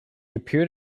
appeared